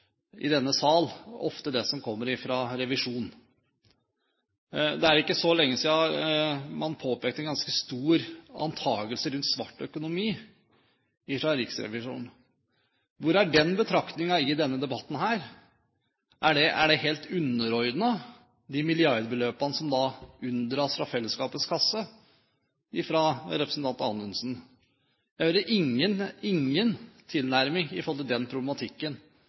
i denne sal ofte diskuterer det som gjelder revisjon. Det er ikke så lenge siden Riksrevisjonen påpekte en ganske stor antakelse rundt svart økonomi. Hvor er den betraktningen i denne debatten? Er de helt underordnet, de milliardbeløpene som unndras fra fellesskapets kasse, for representanten Anundsen? Jeg hører ingen – ingen – tilnærming i forhold til den problematikken